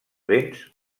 béns